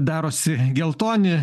darosi geltoni